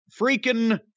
freaking